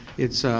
it's